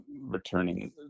returning